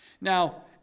Now